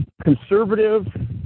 Conservative